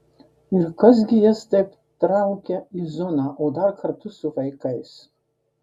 ir kas gi jas taip traukia į zoną o dar kartu su vaikais